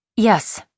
Yes